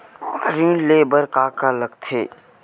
ऋण ले बर का का लगथे?